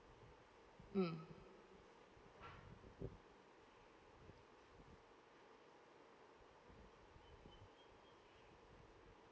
mm